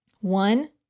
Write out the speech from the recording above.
one